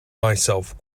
myself